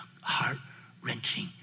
heart-wrenching